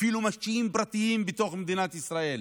אפילו משקיעים פרטיים בתוך מדינת ישראל